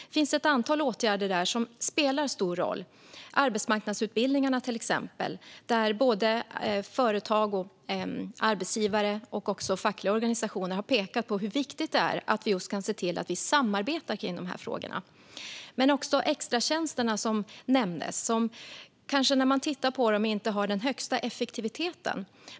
Det finns ett antal åtgärder där som spelar stor roll, till exempel arbetsmarknadsutbildningarna. Såväl företag som arbetsgivare och fackliga organisationer har pekat på hur viktigt det är att samarbeta om de frågorna. Också extratjänsterna nämndes. De har kanske inte den högsta effektiviteten.